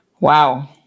Wow